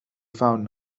found